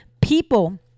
people